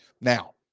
Now